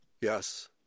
Yes